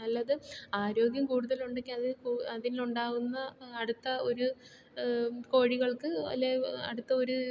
നല്ലത് ആരോഗ്യം കൂടുതലുണ്ടെങ്കിൽ അത് അതിലുണ്ടാവുന്ന അടുത്ത ഒരു കോഴികൾക്ക് അല്ലെങ്കിൽ അടുത്ത ഒരു